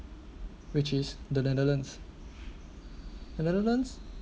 which is the netherlands the netherlands